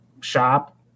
shop